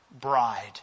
bride